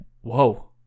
whoa